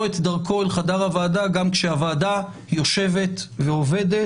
את דרכו אל חדר הוועדה גם כשהוועדה יושבת ועובדת.